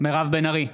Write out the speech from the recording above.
מירב בן ארי,